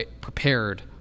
prepared